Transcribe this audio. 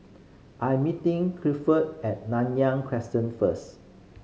I'm meeting Clifford at Nanyang Crescent first